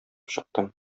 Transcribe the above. чыктым